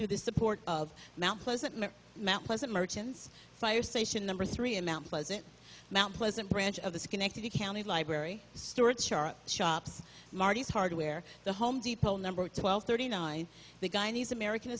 through the support of mount pleasant mount pleasant merchants fire station number three in mount pleasant mount pleasant branch of the schenectady county library stewards shops marty's hardware the home depot number twelve thirty nine the guy nice american